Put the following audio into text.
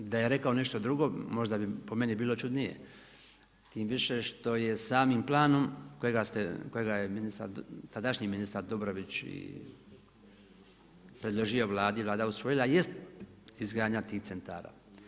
Da je rekao nešto drugo možda bi po meni bilo čudnije, time više što je samim planom kojega je tadašnji ministar Dobrović i predložio Vladi, Vlada usvojila, jest izgradnja tih centara.